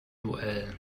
duell